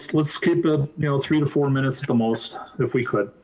let's keep it you know three to four minutes at the most if we could.